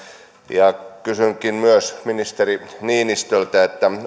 ja kysynkin myös ministeri niinistöltä